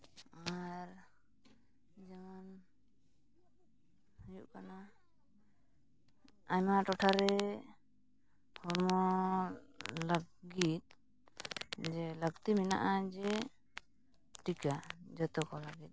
ᱟᱨ ᱡᱮᱢᱚᱱ ᱦᱩᱭᱩᱜ ᱠᱟᱱᱟ ᱟᱭᱢᱟ ᱴᱚᱴᱷᱟ ᱨᱮ ᱦᱚᱲᱢᱚ ᱞᱟᱹᱜᱤᱫ ᱡᱮ ᱞᱟᱹᱠᱛᱤ ᱢᱮᱱᱟᱜᱼᱟ ᱡᱮ ᱴᱤᱠᱟ ᱡᱚᱛᱚ ᱠᱚ ᱞᱟᱹᱜᱤᱫ